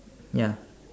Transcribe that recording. ya